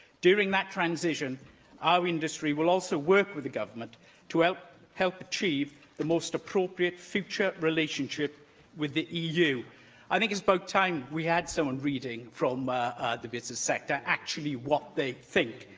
during that transition our industry will also work with the government to help help achieve the most appropriate future relationship with the eu i think it's about time we had someone reading from ah the business sector what they think,